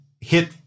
hit